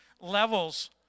levels